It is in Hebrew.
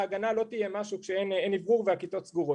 ההגנה לא תהיה משהו כשאין אוורור והכיתות סגורות.